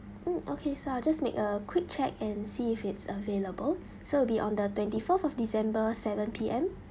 mm okay so I'll just make a quick check and see if it's available so will be on the twenty fourth of december seven P_M